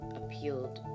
appealed